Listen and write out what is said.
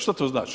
Što to znači?